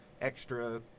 extra